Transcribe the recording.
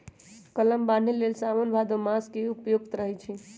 कलम बान्हे लेल साओन भादो मास उपयुक्त रहै छै